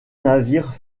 navires